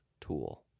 tool